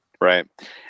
right